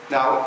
Now